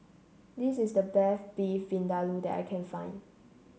this is the best Beef Vindaloo that I can find